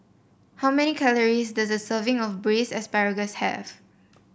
how many calories does a serving of Braised Asparagus have